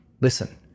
listen